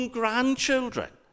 grandchildren